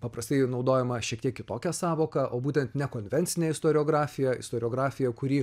paprastai naudojama šiek tiek kitokia sąvoka o būtent nekonvencinė istoriografija istoriografija kuri